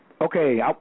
Okay